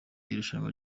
irushanwa